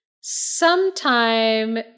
sometime